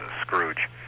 Scrooge